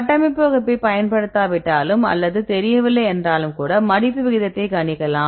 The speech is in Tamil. கட்டமைப்பு வகுப்பை பயன்படுத்தாவிட்டாலும் அல்லது தெரியவில்லை என்றாலும்கூட மடிப்பு விகிதத்தை கணிக்கலாம்